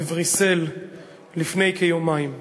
בבריסל לפני כיומיים.